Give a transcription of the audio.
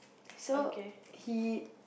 so he